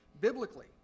biblically